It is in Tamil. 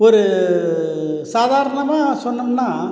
ஒரு சாதாரணமாக சொன்னோம்னா